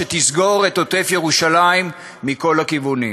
שתסגור את עוטף-ירושלים מכל הכיוונים?